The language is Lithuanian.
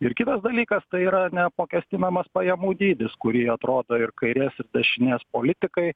ir kitas dalykas tai yra neapmokestinamas pajamų dydis kurį atrodo ir kairės ir dešinės politikai